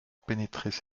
pénétraient